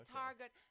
target